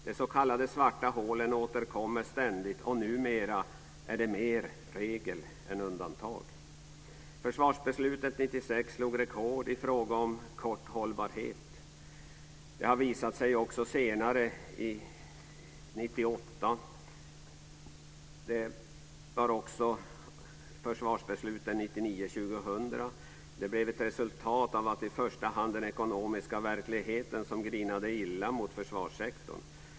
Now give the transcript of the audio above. De s.k. svarta hålen återkommer ständigt och numera är de mer regel än undantag. Försvarsbeslutet 1996 slog rekord i fråga om kort hållbarhet. Det har visat sig också senare. Besluten 1998 och försvarsbeslutet 1999/2000 blev ett resultat av i första hand den ekonomiska verkligheten, som grinade illa mot försvarssektorn.